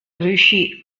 riuscì